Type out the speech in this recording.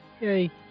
Yay